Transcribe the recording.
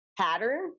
pattern